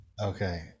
Okay